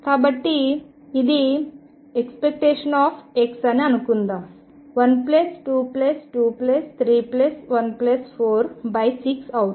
కాబట్టి ఇది ⟨x⟩ అని అనుకుందాం 122314 6 అవుతుంది